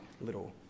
little